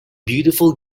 beautiful